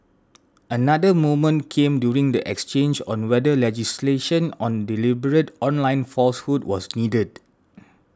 another moment came during the exchange on whether legislation on deliberate online falsehood was needed